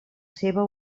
seva